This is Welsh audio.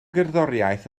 gerddoriaeth